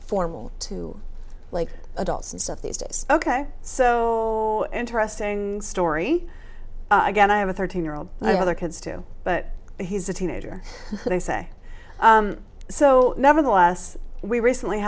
formal to like adults and stuff these days ok so interesting story again i have a thirteen year old and i have the kids too but he's a teenager they say so nevertheless we recently